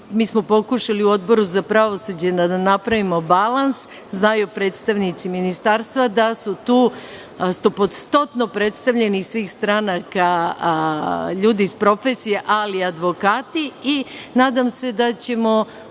Mi smo pokušali u Odboru za pravosuđe da napravimo balans, znaju predstavnici Ministarstva da su tu stopostotno predstavljeni iz svih stranaka, ljudi iz profesije, ali i advokati i nadam se da ćemo